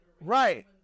Right